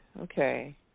Okay